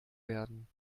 werden